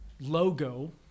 logo